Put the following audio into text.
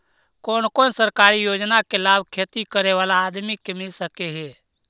कोन कोन सरकारी योजना के लाभ खेती करे बाला आदमी के मिल सके हे?